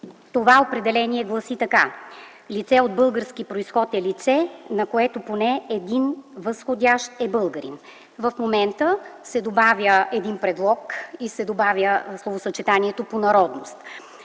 закон определението гласи така: „Лице от български произход е лице, на което поне един възходящ е българин.” В момента се добавя един предлог и се добавя словосъчетанието „по народност”.